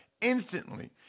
instantly